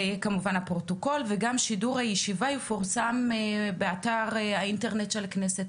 כמובן שהפרוטוקול וגם שידור הישיבה יפורסמו באתר האינטרנט של הכנסת.